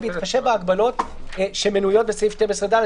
ובהתחשב בהגבלות שמנויות בסעיף 12ד,